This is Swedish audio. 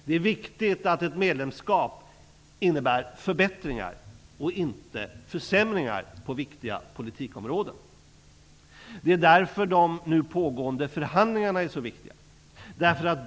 Det är viktigt att ett medlemskap innebär förbättringar och inte försämringar på viktiga politikområden. Det är därför de nu pågående förhandlingarna är så viktiga.